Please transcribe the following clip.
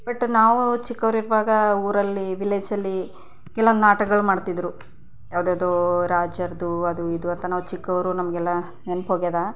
but ನಾವು ಚಿಕ್ಕವ್ರಿರುವಾಗ ಊರಲ್ಲಿ ವಿಲ್ಲೇಜಲ್ಲಿ ಕೆಲವೊಂದು ನಾಟಕಗಳು ಮಾಡ್ತಿದ್ರು ಯಾವ್ದಾದ್ರೂ ರಾಜರದು ಅದು ಇದು ಅಂತ ನಾವು ಚಿಕ್ಕವರು ನಮಗೆಲ್ಲ ನೆನ್ಪೋಗ್ಯದಾ